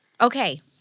okay